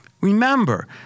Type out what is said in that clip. Remember